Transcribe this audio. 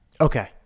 Okay